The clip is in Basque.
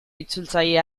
itzultzaile